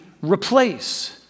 replace